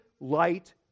light